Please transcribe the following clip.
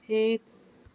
एक